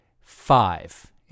five